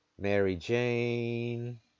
mary-jane